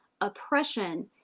oppression